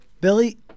Billy